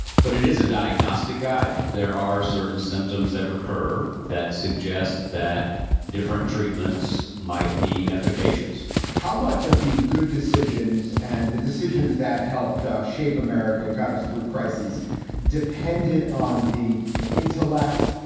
but it is a diagnostic guide. there are certain symptoms that recur that suggests that different treatments might be efficacious how much of the good decisions and the decisions that helped shape american got us through crises depended on the intellect,